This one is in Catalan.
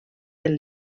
del